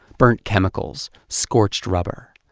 burnt chemicals, scorched rubber.